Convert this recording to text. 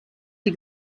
die